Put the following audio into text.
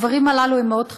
הדברים הללו הם מאוד חשובים.